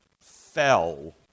fell